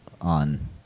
on